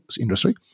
industry